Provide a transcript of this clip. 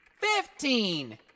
fifteen